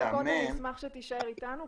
ונמצאים אתנו